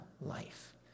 life